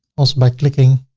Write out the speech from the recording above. also by clicking.